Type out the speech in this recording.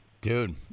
Dude